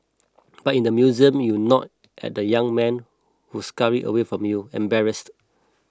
but in the museum you nod at the young men who scurry away from you embarrassed